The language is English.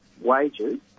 wages